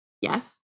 yes